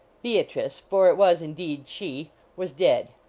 beatrice for it was indeed she was dead.